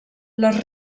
les